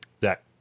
Zach